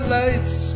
lights